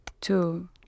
Two